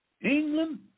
England